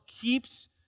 keeps